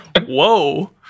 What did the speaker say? Whoa